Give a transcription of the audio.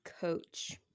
coach